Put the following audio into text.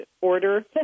order